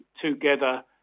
together